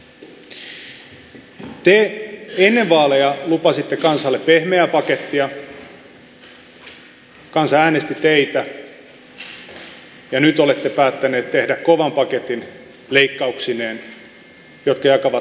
te ennen vaaleja lupasitte kansalle pehmeää pakettia kansa äänesti teitä ja nyt olette päättäneet tehdä kovan paketin leikkauksineen jotka jakavat kansaa kahtia